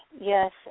Yes